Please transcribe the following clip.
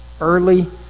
early